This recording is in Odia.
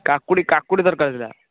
କାକୁଡ଼ି କାକୁଡ଼ି ଦରକାର ଥିଲା